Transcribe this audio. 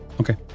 Okay